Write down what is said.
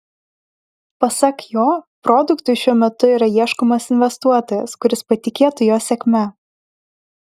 pasak jo produktui šiuo metu yra ieškomas investuotojas kuris patikėtų jo sėkme